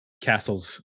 castles